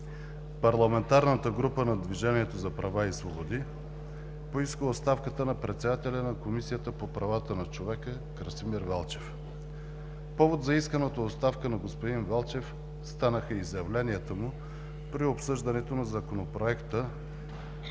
парламентарната група на „Движението за права и свободи“ поиска оставката на председателя на Комисията по правата на човека Красимир Велчев. Повод за исканата оставка на господин Велчев станаха изявленията му при обсъждането на Законопроекта